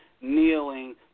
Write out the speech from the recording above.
kneeling